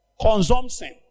consumption